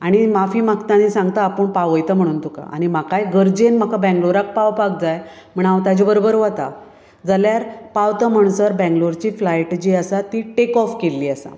आनी माफी मागता आनी सांगता आपूण पावयता म्हण तुका आनी म्हाकाय गरजेन म्हाका बेंगलोराक पावपाक जाय म्हण हांव ताजे बरोबर वता जाल्यार पावता म्हणसर बेंगलोरची फ्लायट जी आसा ती टेक ऑफ केल्ली आसा